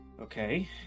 Okay